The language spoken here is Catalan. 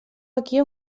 aquí